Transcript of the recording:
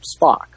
Spock